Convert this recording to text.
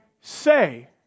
say